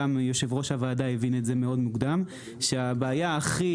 גם יושב-ראש הוועדה הבין את זה מאוד מוקדם שהבעיה הכי